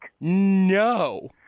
No